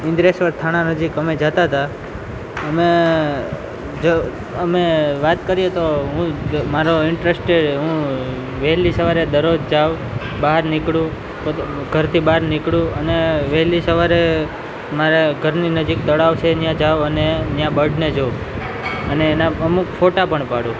ઈન્દ્રેશ્વર થાણા નજીક અમે જતા હતા અમે અમે જ અમે વાત કરીએ તો હું મારો ઈન્ટરેસ્ટેડ હું વહેલી સવારે દરરોજ જાઉં બહાર નિકળું ઘરથી બહાર નિકળું અને વહેલી સવારે મારા ઘરની નજીક તળાવ છે ત્યાં જાઉ અને ત્યાં બર્ડને જોઉં અને એના અમુક ફોટા પણ પાડું